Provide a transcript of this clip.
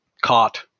caught